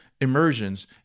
immersions